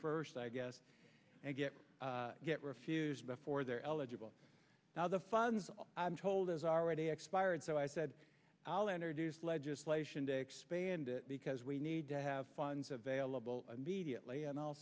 first i guess and get get refused before they're eligible now the funds i'm told is already expired so i said i'll enter duce legislation to expand it because we need to have funds available immediately and i'll